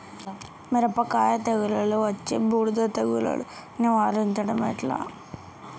మిరపకాయ తెగుళ్లలో వచ్చే బూడిది తెగుళ్లను నివారించడం ఎట్లా?